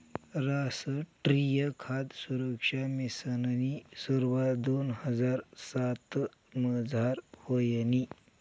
रासट्रीय खाद सुरक्सा मिशननी सुरवात दोन हजार सातमझार व्हयनी